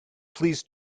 please